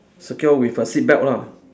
secure with a seat belt lah